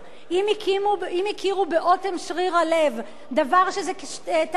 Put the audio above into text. אם הכירו באוטם שריר הלב, דבר שהוא תהליך ארוך,